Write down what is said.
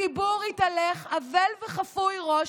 הציבור התהלך אבל וחפוי ראש,